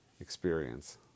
experience